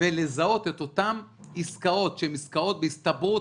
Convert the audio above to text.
ולזהות את אותן עסקאות שהן בהסתברות